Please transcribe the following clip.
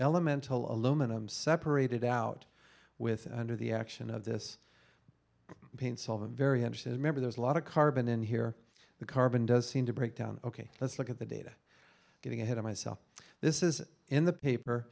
aluminum separated out with under the action of this paint solve a very interested member there's a lot of carbon in here the carbon does seem to breakdown ok let's look at the data getting ahead of myself this is in the paper